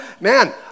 Man